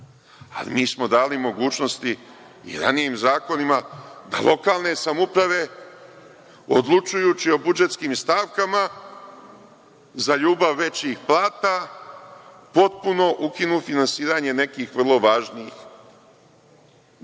ali mi smo dali mogućnosti i ranijim zakonima da lokalne samouprave odlučujući o budžetskim stavkama za ljubav većih plata potpuno ukinu finansiranje nekih vrlo važnih delatnosti.